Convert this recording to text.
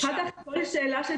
תודה רבה.